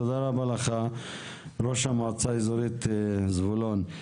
תודה רבה לך, ראש המועצה האזורית זבולון.